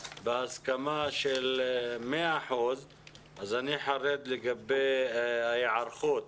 בהסכמה של מאה אחוז אז אני חרד לגבי ההיערכות